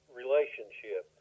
relationship